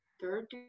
third